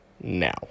now